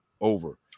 over